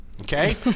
Okay